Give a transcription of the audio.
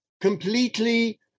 completely